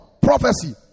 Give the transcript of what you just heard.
prophecy